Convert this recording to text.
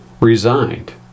resigned